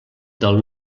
del